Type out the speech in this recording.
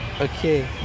Okay